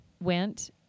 went